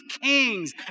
kings